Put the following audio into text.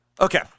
Okay